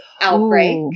outbreak